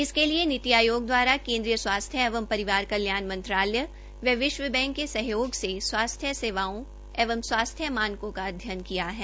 इसके लिए नीति आयोग द्वारा केन्द्रीय स्वास्थ्य एवं परिवार कल्याण मंत्रालय एवं विश्व बैंक के सहयोग से स्वास्थ्य सेवाओं एवं स्वास्थ्य मानकों का अध्ययन किया है